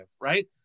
right